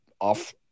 off